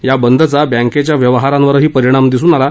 या बंदचा बँकेच्या व्यवहारावरही परिणाम दिसून आला